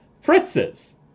Fritz's